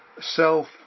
Self